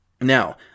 Now